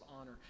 honor